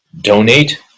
donate